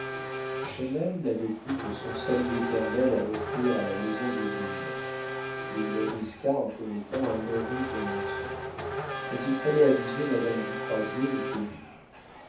n'avait plus que son salut éternel à offrir à la maison d'esgrignon il le risqua en commettant un horrible mensonge mais il fallait abuser madame du croisier ou périr